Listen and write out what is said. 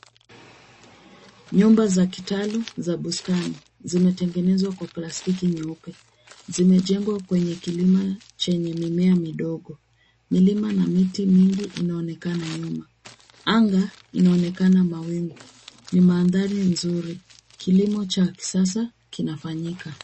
Nyumba za kitalu za bustani zimetengenezwa kwa plastiki nyeupe. Zimejengwa kwenye kilima chenye mimea midogo. Milima na miti mingi inaonekana nyuma. Anga inaonekana mawingu. Ni mandhari nzuri. Kilimo cha kisasa kinafanyika.